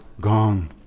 gone